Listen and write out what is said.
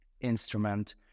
instrument